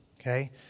okay